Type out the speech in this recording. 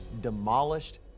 demolished